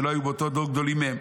שלא היו באותו הדור גדולים מהם.